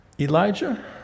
Elijah